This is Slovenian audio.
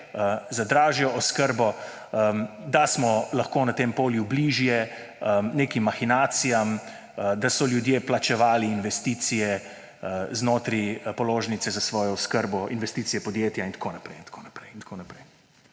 za dražjo oskrbo, da smo lahko na tem polju bližje nekim mahinacijam, da so ljudje plačevali znotraj položnice za svojo oskrbo investicije podjetja in tako naprej